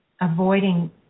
avoiding